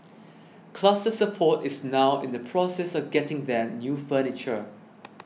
Cluster Support is now in the process of getting them new furniture